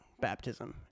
baptism